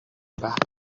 back